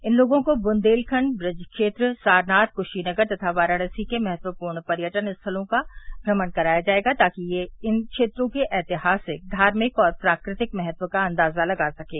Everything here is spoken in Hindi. इन लोगों को बुन्देलखंड ब्रज क्षेत्र सारनाथ क्शीनगर तथा वाराणसी के महत्वपूर्ण पर्यटन स्थलों का भ्रमण कराया जायेगा ताकि यह समी इन क्षेत्रों के ऐतिहासिक धार्मिक और प्राकृतिक महत्व का अंदाज़ा लगा सकें